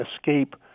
escape